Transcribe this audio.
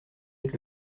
êtes